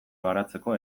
baratzeko